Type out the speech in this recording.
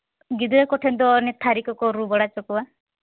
ᱜᱤᱫᱟᱹᱨ ᱠᱚᱴᱷᱮᱱ ᱫᱚ ᱚᱱᱮ ᱛᱷᱟᱹᱨᱤ ᱠᱚᱠᱚ ᱨᱩ ᱵᱟᱲᱟ ᱦᱚᱪᱚ ᱠᱚᱣᱟ